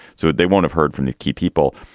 so they won't have heard from the key people.